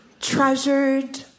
Treasured